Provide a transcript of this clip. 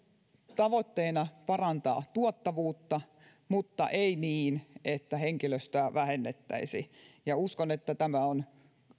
tavoitteena parantaa tuottavuutta mutta ei niin että henkilöstöä vähennettäisi ja uskon että tämä on